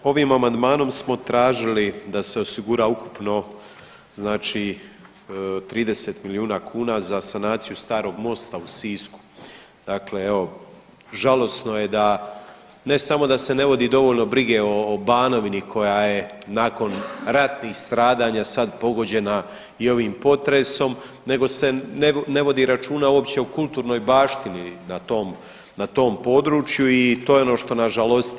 Dakle, ovim amandmanom smo tražili da se osigura ukupno 30 milijuna kuna za sanaciju starog mosta u Sisku, dakle evo žalosno je da ne samo da se ne vodi dovoljno brige o Banovini koja je nakon ratnih stradanja sad pogođena i ovim potresom nego se ne vodi uopće računa o kulturnoj baštini na tom području i to je ono što nas žalosti.